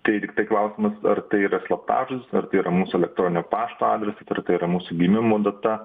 tai tiktai klausimas ar tai yra slaptažodis ar tai yra mūsų elektroninio pašto adresas ar tai yra mūsų gimimo data